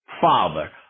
father